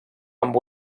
amb